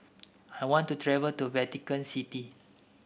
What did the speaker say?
I want to travel to Vatican City